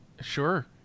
Sure